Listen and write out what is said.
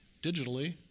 digitally